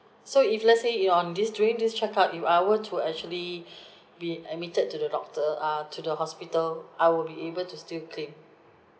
so if let's say if on this during this check-up if I were to actually be admitted to the doctor err to the hospital I will be able to still claim